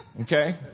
okay